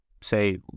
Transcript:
say